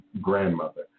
grandmother